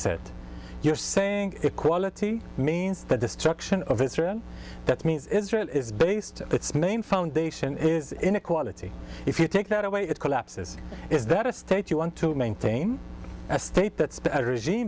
said you're saying equality means the destruction of israel that means israel is based its main foundation is inequality if you take that away it collapses is that a state you want to maintain a state that